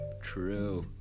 True